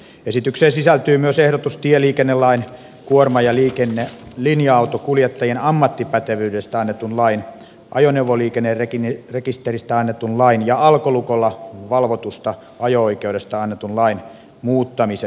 esitykseen sisältyy myös ehdotus tieliikennelain kuorma ja linja autokuljettajien ammattipätevyydestä annetun lain ajoneuvoliikennerekisteristä annetun lain ja alkolukolla valvotusta ajo oikeudesta annetun lain muuttamiseksi